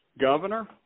governor